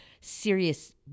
serious